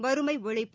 வறுமை இழிப்பு